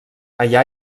allà